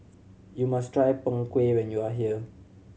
you must try Png Kueh when you are here